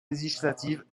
législative